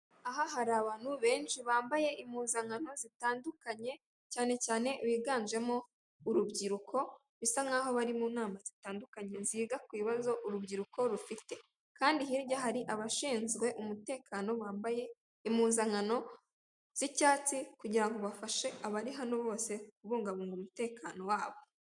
Aha hari abantu benshi bambaye impuzankano zitandukanye, cyane cyane biganjemo urubyiruko, bisa nk'aho bari mu nama zitandukanye, ziga ku bibazo urubyiruko rufite kandi hirya hari abashinzwe umutekano bambaye impuzankano z'icyatsi kugira ngo bafashe abari hano bose kubungabunga umutekano wabo.